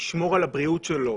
לשמור על הבריאות שלו,